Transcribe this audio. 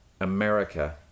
America